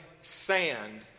sand